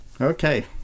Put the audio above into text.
okay